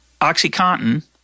OxyContin